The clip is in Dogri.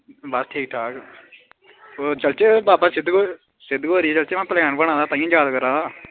बस ठीक ठाक होर चलचै बाबा सिद्ध गौरिया दे सिद्ध गौरिया दा प्लॉन बना दा इंया य़ाद करा दा